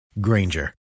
Granger